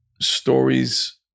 stories